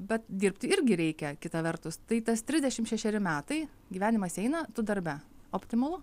bet dirbti irgi reikia kita vertus tai tas trisdešimt šešeri metai gyvenimas eina tu darbe optimalu